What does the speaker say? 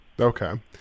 Okay